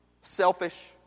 selfish